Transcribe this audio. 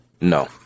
no